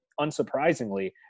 unsurprisingly